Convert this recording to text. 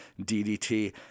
DDT